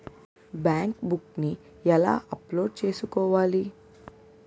Bank book నీ ఎలా update చేసుకోవాలి?